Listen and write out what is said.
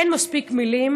אין מספיק מילים